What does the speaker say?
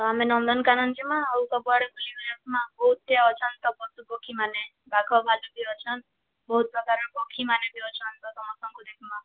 ତ ଆମେ ନନ୍ଦନକାନନ୍ ଯିମା ଆଉ ସବୁଆଡ଼େ ବୁଲିକରି ଆସ୍ମା ବହୁତ୍ ଟେ ଅଛନ୍ ତ ପଶୁ ପକ୍ଷୀମାନେ ବାଘ ଭାଲୁ ବି ଅଛନ୍ ବହୁତ୍ ପ୍ରକାର୍ ପକ୍ଷୀମାନେ ବି ଅଛନ୍ ତ ସମସ୍ତଙ୍କୁ ଦେଖ୍ମା